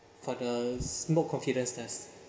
for the smoke confidence test